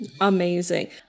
amazing